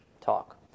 talk